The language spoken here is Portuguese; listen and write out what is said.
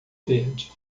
verde